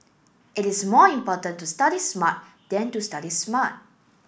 it is more important to study smart than to study smart